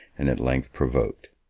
and at length provoked.